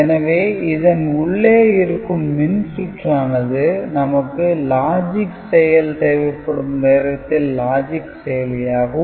எனவே இதன் உள்ளே இருக்கும் மின்சுற்றானது நமக்கு "logic" செயல் தேவைப்படும் நேரத்தில் logic செயலியாகவும்